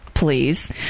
Please